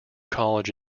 college